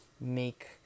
make